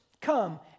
come